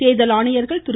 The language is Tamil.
தேர்தல் ஆணையர்கள் திரு